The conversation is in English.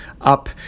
up